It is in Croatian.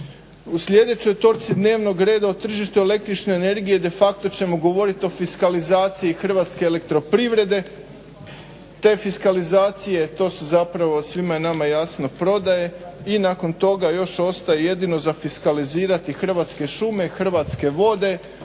U sljedećoj točci dnevnog reda o tržištu električne energije de facto ćemo govorit o fiskalizaciji Hrvatske elektroprivrede te fikaslizacije to su zapravo, svima je nama jasno prodaje, i nakon toga još ostaje jedino za fiskalizirati Hrvatske šume, Hrvatske vode